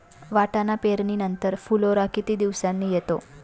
वाटाणा पेरणी नंतर फुलोरा किती दिवसांनी येतो?